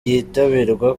yitabirwa